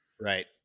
right